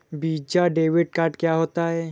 Visa debit card क्या होता है?